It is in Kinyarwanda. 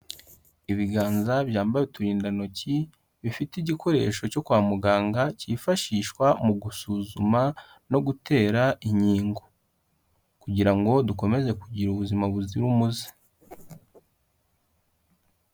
Ibiganza byambaye uturindantoki bifite igikoresho cyo kwa muganga cyifashishwa mu gusuzuma no gutera inkingo, kugira ngo dukomeze kugira ubuzima buzira umuze.